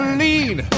lean